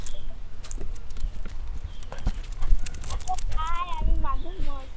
কোথায় আমি মাধবমল